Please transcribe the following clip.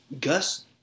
Gus